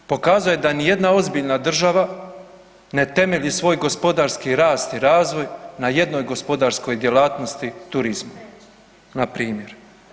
Npr. pokazao je da nijedna ozbiljna država ne temelji svoj gospodarski rast i razvoj na jednoj gospodarskoj djelatnosti, turizmu npr.